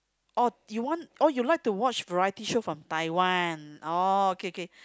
oh you want oh you like to watch variety show from Taiwan oh okay okay